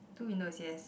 two windows yes